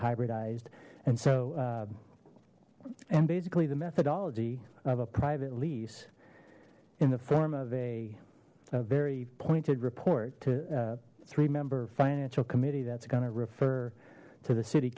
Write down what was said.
hybridized and so and basically the methodology of a private lease in the form of a very pointed report to three member financial committee that's going to refer to the city